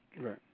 Right